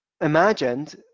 imagined